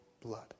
blood